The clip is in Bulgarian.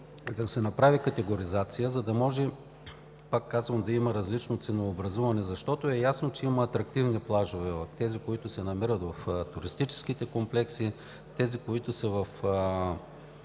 да се направи категоризация, за да може, пак казвам, да има различно ценообразуване, защото е ясно, че има атрактивни плажове. Тези, които се намират в туристическите комплекси, тези, които се